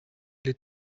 les